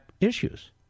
issues